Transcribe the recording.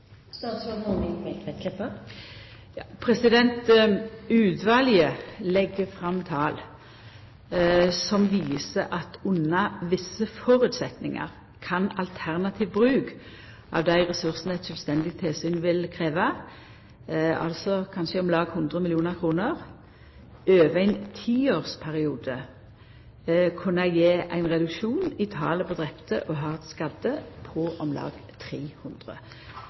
Utvalet legg fram tal som viser at under visse føresetnader vil alternativ bruk av dei ressursane som eit sjølvstendig tilsyn vil krevja – altså kanskje om lag 100 mill. kr – over ein tiårsperiode kunna gje ein reduksjon i talet på drepne og hardt skadde på om lag 300.